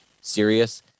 serious